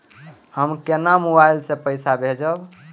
हम केना मोबाइल से पैसा भेजब?